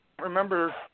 remember